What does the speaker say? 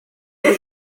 y’u